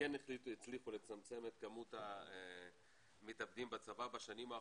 שכן הצליחו לצמצם את כמות המתאבדים בצבא בשנים האחרונות,